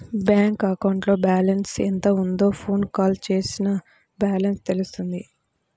bank అకౌంట్లో balance ఎంత ఉందో ఫోన్ కాల్ చేసినా బ్యాలెన్స్ తెలుస్తుంది